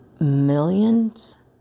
millions